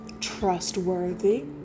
trustworthy